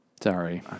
Sorry